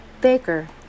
Baker